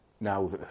now